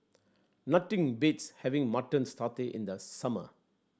nothing beats having Mutton Satay in the summer